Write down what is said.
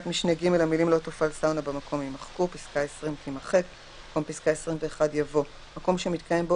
ולאירועים או מקום אחר המשמש לשמחות או